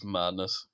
madness